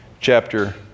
chapter